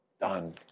done